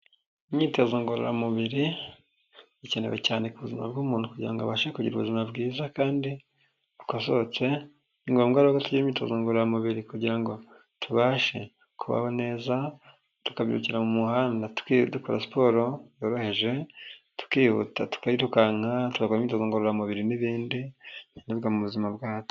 Imyitozo ngororamubiri ikenewe cyane ku buzima bw'umuntu kugira ngo abashe kugira ubuzima bwiza kandi bukosotse. Ni ngombwa rero ko tugira imyitozo ngororamubiri kugira ngo tubashe kubaho neza tukabyukira mu muhanda dukora siporo yoroheje, tukihuta tukayirukanka, tugakora imyitozo ngororamubiri n'ibindi mu buzima bwacu.